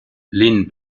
linn